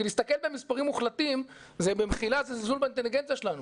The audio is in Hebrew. כי להסתכל במספרים מוחלטים זה במחילה זלזול באינטליגנציה שלנו.